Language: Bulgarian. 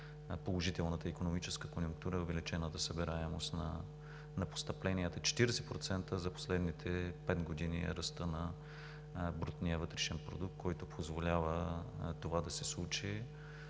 положителната икономическа конюнктура и увеличената събираемост на постъпленията – 40% за последните пет години е ръстът на брутния вътрешен продукт, който позволява това да се случи.